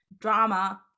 drama